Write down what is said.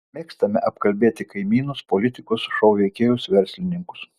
mėgstame apkalbėti kaimynus politikus šou veikėjus verslininkus